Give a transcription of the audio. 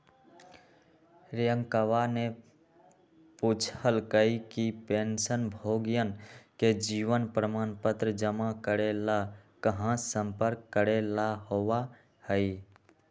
रियंकावा ने पूछल कई कि पेंशनभोगियन के जीवन प्रमाण पत्र जमा करे ला कहाँ संपर्क करे ला होबा हई?